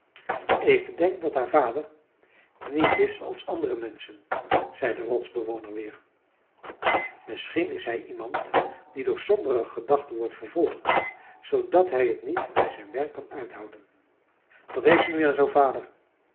ik denk dat haar vader niet is als andere menschen zei de rotsbewoner weer misschien is hij iemand die door sombere gedachten wordt vervolgd zoodat hij t niet bij zijn werk kan uithouden wat heeft ze nu aan zoo'n vader